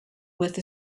with